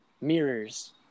mirrors